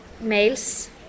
males